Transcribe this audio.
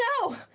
no